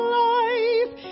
life